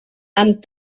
amb